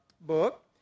book